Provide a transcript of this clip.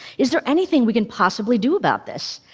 is there anything we can possibly do about this?